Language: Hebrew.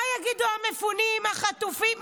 מה יגידו המפונים, החטופים?